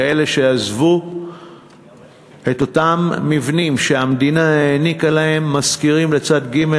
כאלה שעזבו את אותם מבנים שהמדינה העניקה להם משכירים לצד ג',